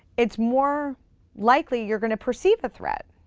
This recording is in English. it's more likely you're going to perceive the threat.